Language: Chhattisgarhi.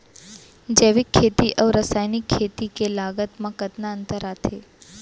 जैविक खेती अऊ रसायनिक खेती के लागत मा कतना अंतर आथे?